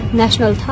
national